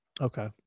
Okay